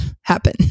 happen